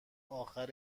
اخر